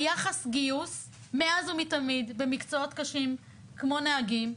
היחס גיוס מאז ומתמיד במקצועות קשים כמו נהגים,